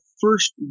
first